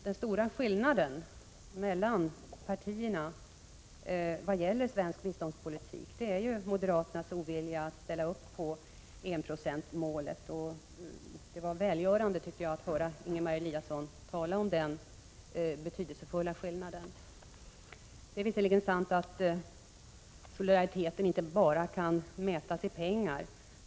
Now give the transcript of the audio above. Den stora skillnaden mellan partierna i fråga om svensk biståndspolitik beror ju på moderaternas ovilja att ställa upp på enprocentsmålet. Det var välgörande, tycker jag, att höra Ingemar Eliasson tala om den betydelsefulla skillnaden mellan moderaterna och de övriga partierna. Det är visserligen sant att solidariteten inte bara kan mätas i pengar.